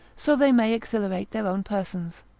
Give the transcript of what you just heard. so they may exhilarate their own persons.